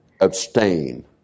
Abstain